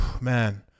Man